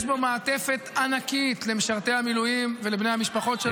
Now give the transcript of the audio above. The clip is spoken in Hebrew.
יש בו מעטפת ענקית למשרתי המילואים ולבני המשפחות שלהם.